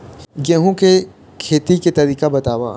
गेहूं के खेती के तरीका बताव?